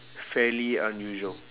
fairly unusual